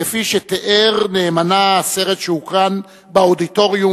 כפי שתיאר נאמנה הסרט שהוקרן באודיטוריום